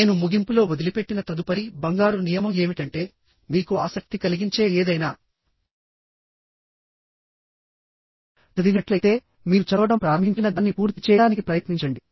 నేను ముగింపులో వదిలిపెట్టిన తదుపరి బంగారు నియమం ఏమిటంటే మీకు ఆసక్తి కలిగించే ఏదైనా చదివినట్లయితే మీరు చదవడం ప్రారంభించిన దాన్ని పూర్తి చేయడానికి ప్రయత్నించండి